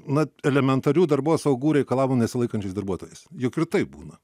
na elementarių darbos saugų reikalavimų nesilaikančiais darbuotojais juk ir taip būna